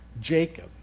Jacob